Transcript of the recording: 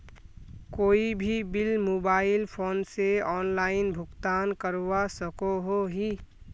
कोई भी bill mobile phone से ऑनलाइन भुगतान करवा सकोहो ही?